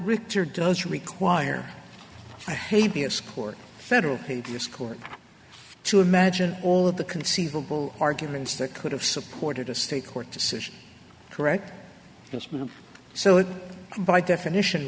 richter does require i hate the escort federal court to imagine all of the conceivable arguments that could have supported a state court decision correct it's me and so it by definition